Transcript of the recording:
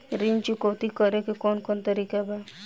ऋण चुकौती करेके कौन कोन तरीका बा?